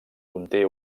conté